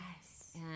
Yes